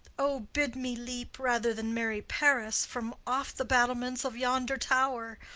o, bid me leap, rather than marry paris, from off the battlements of yonder tower,